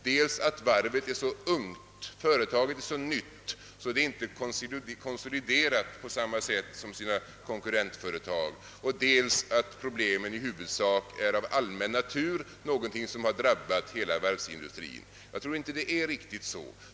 Dels att varvet är så ungt, företaget så nytt, att det inte blivit konsoliderat på samma sätt som dess konkurrentföretag och dels att problemet i huvudsak är av allmän natur, något som har drabbat hela varvsindustrin. Jag tror inte det är riktigt så.